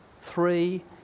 three